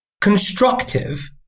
Constructive